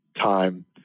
Time